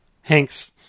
Hank's